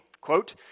quote